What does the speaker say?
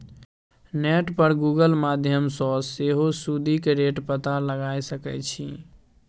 net पर Google माध्यमसँ सेहो सुदिक रेट पता लगाए सकै छी